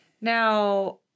Now